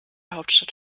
hauptstadt